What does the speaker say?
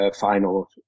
Final